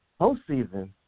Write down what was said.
Postseason